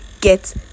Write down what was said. get